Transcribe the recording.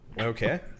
Okay